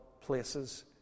places